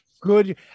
Good